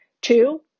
Two